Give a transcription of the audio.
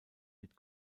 mit